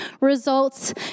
results